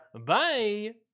Bye